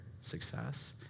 success